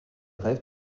rêves